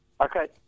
Okay